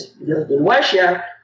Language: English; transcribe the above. Russia